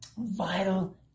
vital